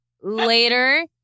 later